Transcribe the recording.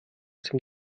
dem